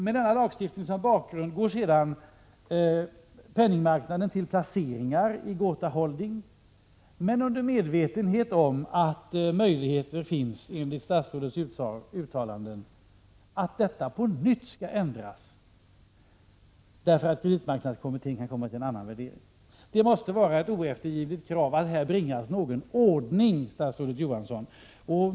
Med denna lagstiftning som bakgrund går sedan penningmarknaden till placeringar i GOTA-Holding, men i medvetande om att det, enligt statsrådets uttalanden, finns möjligheter att lagen på nytt skall ändras, därför att kreditmarknadskommittén kan komma fram till en annan värdering. Det — Prot. 1986/87:130 måste vara ett oeftergivligt krav att det här blir någon ordning, statsrådet 25 maj 1987 Johansson.